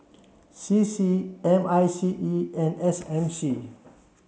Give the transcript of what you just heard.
C C M I C E and S M C